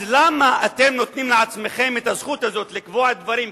אז למה אתם נותנים לעצמכם את הזכות הזאת לקבוע דברים,